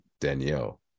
Danielle